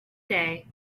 day